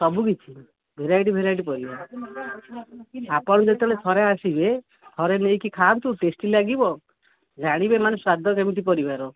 ସବୁକିଛି variety variety ପରିବା ଆପଣ ଯେତେବେଳେ ଥରେ ଆସିବେ ଥରେ ନେଇକି ଖାଆନ୍ତୁ ଟେଷ୍ଟି ଲାଗିବ ଜାଣିବେ ମାନେ ସ୍ୱାଦ କେମିତି ପରିବାର